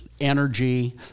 energy